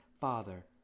Father